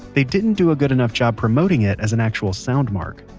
they didn't do a good enough job promoting it as an actual sound mark.